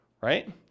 right